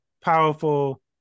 powerful